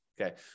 okay